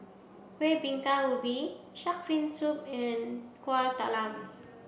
Kueh Bingka Ubi Shark's Fin soup and Kueh Talam